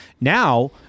Now